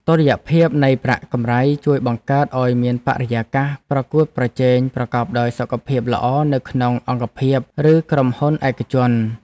តុល្យភាពនៃប្រាក់កម្រៃជួយបង្កើតឱ្យមានបរិយាកាសប្រកួតប្រជែងប្រកបដោយសុខភាពល្អនៅក្នុងអង្គភាពឬក្រុមហ៊ុនឯកជន។